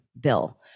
bill